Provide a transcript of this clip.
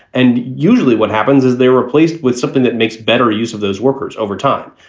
and usually what happens is they replaced with something that makes better use of those workers over time.